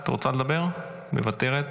מוותרת,